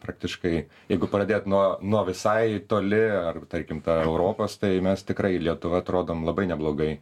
praktiškai jeigu pradėt nuo nuo visai toli ar tarkim ta europas tai mes tikrai lietuva atrodom labai neblogai